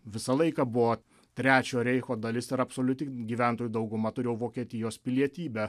visą laiką buvo trečiojo reicho dalis ir absoliuti gyventojų dauguma turėjo vokietijos pilietybę